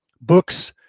Books